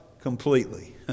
completely